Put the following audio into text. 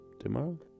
tomorrow